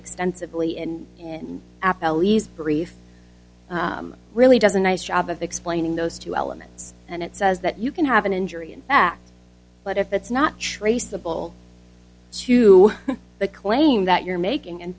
extensively and in brief really doesn't nice job of explaining those two elements and it says that you can have an injury in fact but if that's not traceable to the claim that you're making